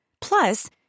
Plus